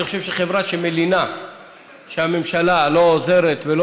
אני חושב שחברה שמלינה שהממשלה לא עוזרת ולא